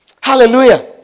Hallelujah